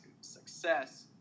success